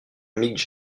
mick